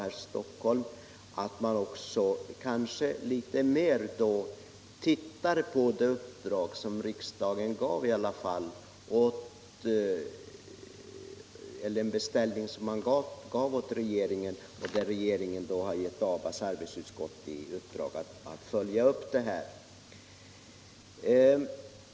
Jag hoppas att man under de tre år försöken pågår på linjen Luleå-Stockholm tittar litet närmare på riksdagens beställning hos regeringen vilken resulterat i att regeringen gett ABA:s arbetsgrupp i uppdrag att se över verksamheten.